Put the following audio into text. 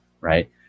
right